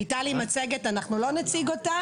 הייתה לי מצגת אבל אנחנו לא נציג אותה.